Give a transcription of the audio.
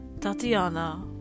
Tatiana